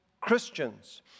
Christians